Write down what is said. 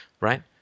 right